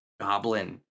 Goblin